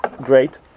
great